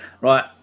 right